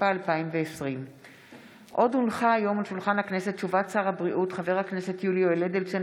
התשפ"א 2020. הודעת שר הבריאות יולי יואל אדלשטיין